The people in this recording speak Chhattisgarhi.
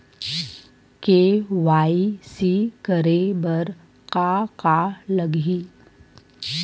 के.वाई.सी करे बर का का लगही?